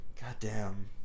Goddamn